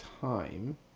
time